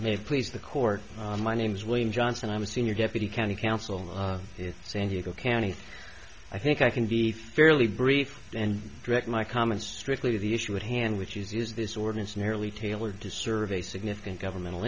may please the court my name is william johnson i'm a senior deputy county council stand you go county i think i can be fairly brief and direct my comments strictly to the issue at hand which is is this ordinance merely tailored to serve a significant governmental